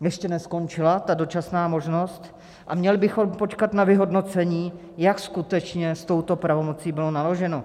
Ještě neskončila ta dočasná možnost a měli bychom počkat na vyhodnocení, jak s touto pravomocí bylo naloženo.